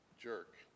jerk